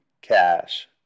cash